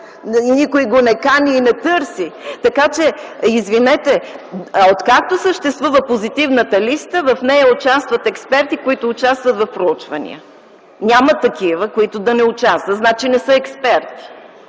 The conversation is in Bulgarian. никой го не кани и не търси. Така че, извинете, откакто съществува позитивната листа, в нея участват експерти, които участват в проучвания. Няма такива, които да не участват. Значи, не са експерти!